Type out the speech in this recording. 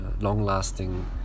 long-lasting